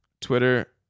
Twitter